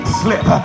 slip